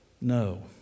no